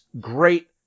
great